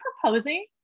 proposing